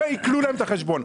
ועיקלו להם את החשבון.